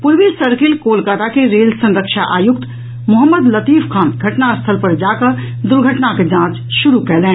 पूर्वी सर्किल कोलकाता के रेल संरक्षा आयुक्त मोहम्मद लतीफ खान घटनास्थल पर जाकऽ दुघर्टनाक जांच शुरू कयलनि